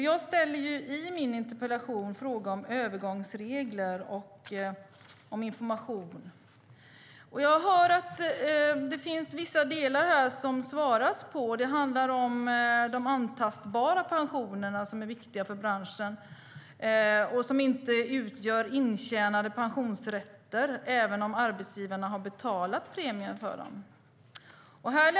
Jag ställer i min interpellation en fråga om övergångsregler och information. Jag hör att det svaras på vissa delar, och det handlar om de antastbara pensionerna som är viktiga för branschen och som inte utgör intjänade pensionsrätter, även om arbetsgivarna har betalat premier för dem.